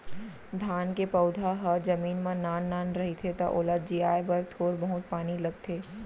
धान के पउधा ह जमीन म नान नान रहिथे त ओला जियाए बर थोर बहुत पानी लगथे